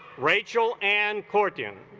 rachel and courtin